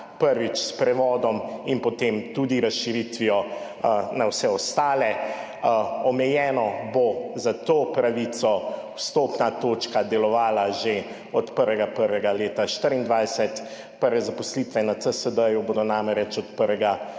prvič s prevodom in potem tudi razširitvijo na vse ostale. Omejeno bo za to pravico vstopna točka delovala že od 1. 1. 2024. Prve zaposlitve na CSD, ki bodo zadolžene